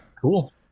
Cool